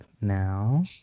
now